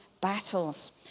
Battles